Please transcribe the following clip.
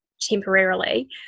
temporarily